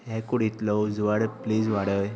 हे कुडींतलो उजवाड प्लीज वाडय